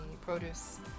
produce